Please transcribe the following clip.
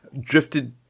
drifted